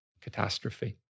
catastrophe